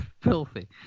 filthy